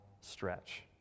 stretch